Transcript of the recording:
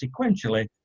sequentially